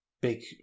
big